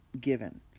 given